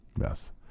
Yes